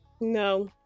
no